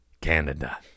Canada